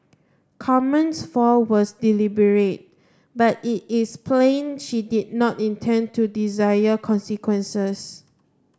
Carmen's fall was deliberate but it is plain she did not intend to dire consequences